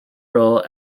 role